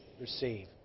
receive